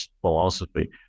philosophy